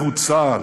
זהו צה"ל,